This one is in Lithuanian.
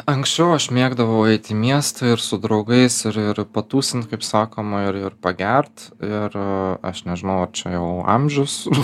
anksčiau aš mėgdavau eiti į miestą ir su draugais ir ir patūsint kaip sakoma ir ir pagert ir aš nežinau ar čia jau amžius